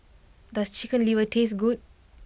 does Chicken Liver taste good